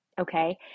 okay